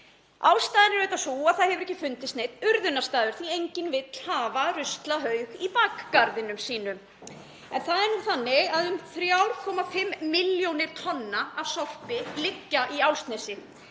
Ástæðan er auðvitað sú að það hefur ekki fundist neinn urðunarstaður því enginn vill hafa ruslahaug í bakgarðinum sínum. En það er nú þannig að um 3,5 milljónir tonna af sorpi liggja í Álfsnesi